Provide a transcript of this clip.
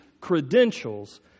credentials